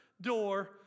door